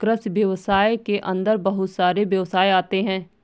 कृषि व्यवसाय के अंदर बहुत सारे व्यवसाय आते है